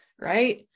right